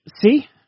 See